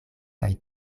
kaj